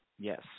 Yes